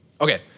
Okay